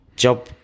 job